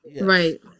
Right